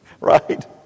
Right